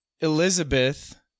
Elizabeth